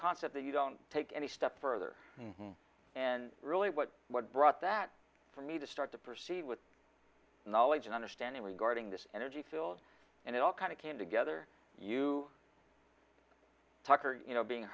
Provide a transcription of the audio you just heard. concept that you don't take any step further and really what what brought that for me to start to proceed with knowledge and understanding regarding this energy field and it all kind of came together you tucker you know being